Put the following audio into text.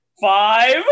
Five